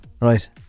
Right